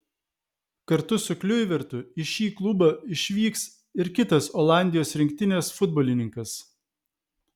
kartu su kliuivertu į šį klubą išvyks ir kitas olandijos rinktinės futbolininkas